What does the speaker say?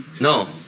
no